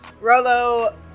Rolo